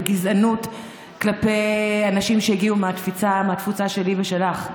בגזענות כלפי אנשים שהגיעו מהתפוצה שלי ושלך,